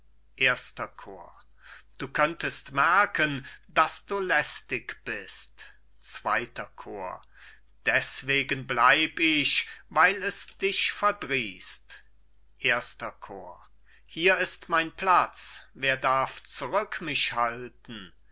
erster chor cajetan du könntest merken daß du lästig bist zweiter chor bohemund deßwegen bleib ich weil es dich verdrießt erster chor cajetan hier ist mein platz wer darf zurück mich halten